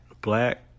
Black